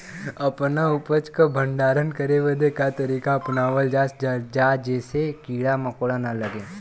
अपना उपज क भंडारन करे बदे का तरीका अपनावल जा जेसे कीड़ा मकोड़ा न लगें?